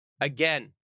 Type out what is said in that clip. Again